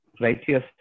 righteous